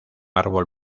árbol